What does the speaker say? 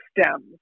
stems